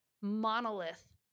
monolith